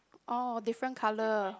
oh different colour